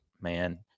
man